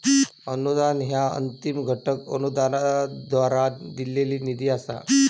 अनुदान ह्या अंतिम घटक अनुदानाद्वारा दिलेला निधी असा